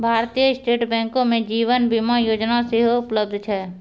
भारतीय स्टेट बैंको मे जीवन बीमा योजना सेहो उपलब्ध छै